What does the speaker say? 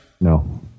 No